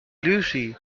lucy